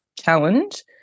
challenge